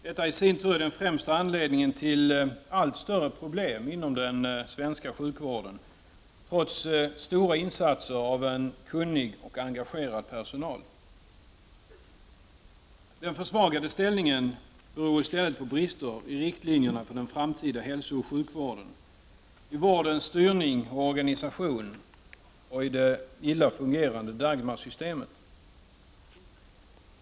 Detta i sin tur är den främsta anledningen till allt större problem inom den svenska sjukvården, trots stora insatser av en kunnig och engagerad personal. Den försvagade ställningen beror i stället på brister i riktlinjerna för den framtida hälsooch sjukvården, i vårdens styrning och organisation samt i det illa fungerande Dagmarsystemet.